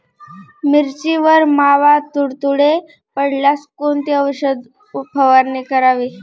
मिरचीवर मावा, तुडतुडे पडल्यास कोणती औषध फवारणी करावी?